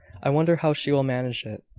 i wonder how she will manage it.